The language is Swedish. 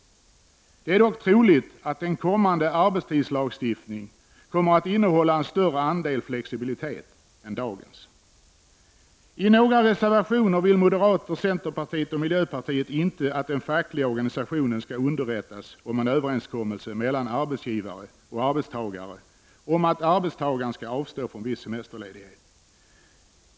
Det är dock troligt att en kommande arbetstidslagstiftning kommer att innehålla en större andel flexibilitet än dagens. I några reservationer vill moderaterna, centerpartiet och miljöpartiet inte att den fackliga organisationen skall underrättas om en överenskommelse mellan arbetsgivare och arbetstagare om att arbetstagaren skall avstå från viss semesterledighet.